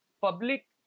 public